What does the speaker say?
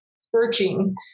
searching